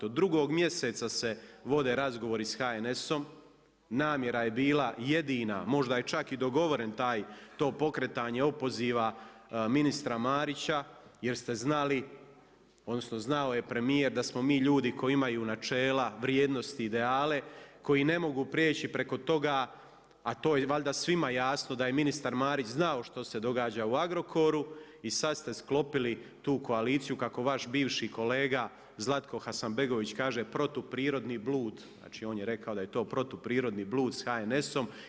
Od drugog mjeseca se vode razgovori sa HNS-om, namjera je bila jedina, možda je čak i dogovoren to pokretanje opoziva ministra Marića jer ste znali odnosno znao je premijer da smo mi ljudi koji imaju načela, vrijednosti, ideale, koji ne mogu prijeći preko toga, a to je valjda svima jasno da je ministar Marić znao što se događa u Agrokoru i sada ste sklopili tu koaliciju kako vaš bivši kolega Zlatko Hasanbegović kaže protuprirodni blud, znači on je rekao da je to protuprirodni blud sa HNS-om.